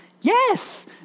yes